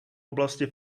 oblasti